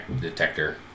detector